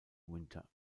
winter